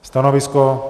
Stanovisko?